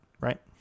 right